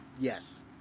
yes